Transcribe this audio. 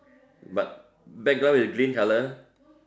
but background is green colour